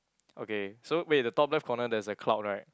okay so wait the top left corner there's a cloud right